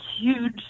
huge